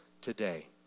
today